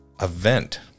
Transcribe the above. event